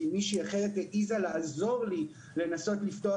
כי מישהי אחרת העיזה לעזור לי לנסות לפתוח